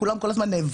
כולם כל הזמן נאבקים,